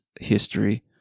history